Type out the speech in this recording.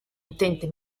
utente